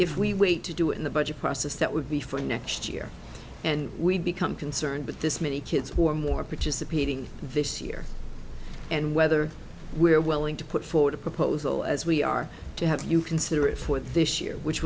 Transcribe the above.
if we wait to do it in the budget process that would be for next year and we become concerned but this many kids who are more participating this year and whether we're willing to put forward a proposal as we are to have you consider it for this year which